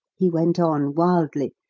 he went on wildly,